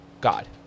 God